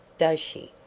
does she?